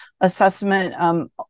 assessment